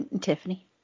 Tiffany